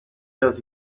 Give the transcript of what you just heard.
does